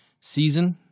season